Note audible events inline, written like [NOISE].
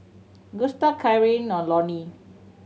Gusta [UNINTELLIGIBLE] Lonie